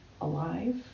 alive